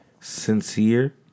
sincere